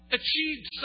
achieved